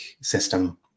system